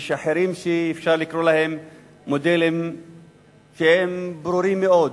ויש אחרים שאפשר לקרוא להם מודלים ברורים מאוד.